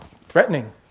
threatening